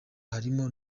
harimo